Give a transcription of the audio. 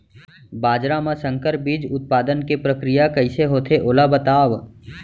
बाजरा मा संकर बीज उत्पादन के प्रक्रिया कइसे होथे ओला बताव?